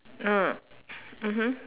ah mmhmm